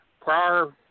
prior